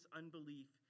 unbelief